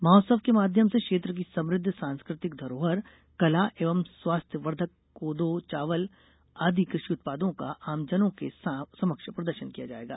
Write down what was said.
महोत्सव के माध्यम से क्षेत्र की समुद्ध सांस्कृतिक धरोहर कला एवं स्वास्थ्यवर्धक कोदो चावल आदि कृषि उत्पादों का आमजनों के समक्ष प्रदर्शन किया जाएगा